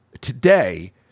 today